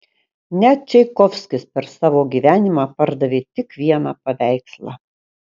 net čaikovskis per savo gyvenimą pardavė tik vieną paveikslą